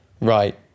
right